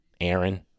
Aaron